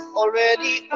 already